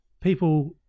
people